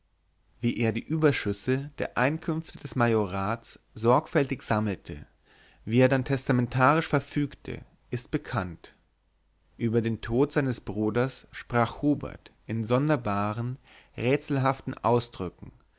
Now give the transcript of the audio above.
wie er die überschüsse der einkünfte des majorats sorgfältig sammelte wie er dann testamentarisch verfügte ist bekannt über den tod seines bruders sprach hubert in sonderbaren rätselhaften ausdrücken